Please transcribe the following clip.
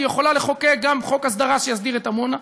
והיא יכולה לחוקק גם חוק הסדרה שיסדיר את עמונה.